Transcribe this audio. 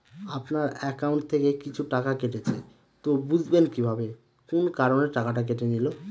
আপনার একাউন্ট থেকে কিছু টাকা কেটেছে তো বুঝবেন কিভাবে কোন কারণে টাকাটা কেটে নিল?